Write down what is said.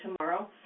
tomorrow